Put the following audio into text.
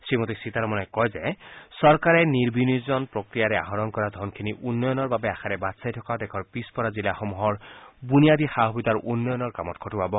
শ্ৰীসীতাৰমনে কয় যে চৰকাৰে নিৰ্বিনিয়োজন প্ৰক্ৰিয়াৰে আহৰণ কৰা ধনখিনি উন্নয়নৰ বাবে আশাৰে বাট চাই থকা দেশৰ পিচ পৰা জিলাসমূহৰ বুনিয়াদী সা সুবিধা উন্নয়নৰ কামত খটুৱাব